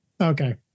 Okay